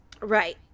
Right